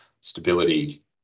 stability